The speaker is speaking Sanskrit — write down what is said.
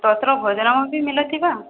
तत्र भोजनमपि मिलति वा